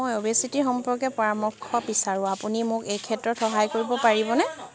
মই অবেছিটি সম্পৰ্কে পৰামৰ্শ বিচাৰোঁ আপুনি মোক এই ক্ষেত্ৰত সহায় কৰিব পাৰিবনে